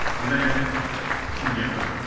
then the s code.